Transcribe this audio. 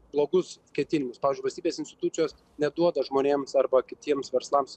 blogus ketinimus pavyzdžiui valstybės institucijos neduoda žmonėms arba kitiems verslams